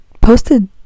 posted